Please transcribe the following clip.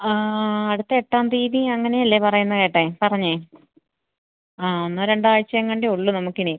ആ ആ അടുത്ത എട്ടാം തീയതി അങ്ങനെയല്ലേ പറയുന്നത് കേട്ടത് പറഞ്ഞത് ആ ഒന്നോ രണ്ടോ ആഴ്ചയെങ്ങാണ്ടെയുള്ളൂ നമുക്കിനി